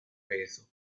peso